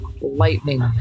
Lightning